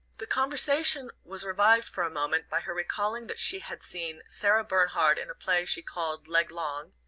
the conversation was revived for a moment by her recalling that she had seen sarah bernhard in a play she called leg-long,